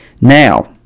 Now